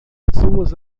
pessoas